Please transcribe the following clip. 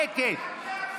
שקט.